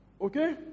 Okay